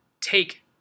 take